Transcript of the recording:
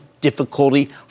difficulty